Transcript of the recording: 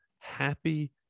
Happy